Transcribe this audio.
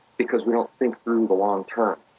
because we don't think through the long term